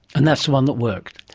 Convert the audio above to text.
and that's the one that worked?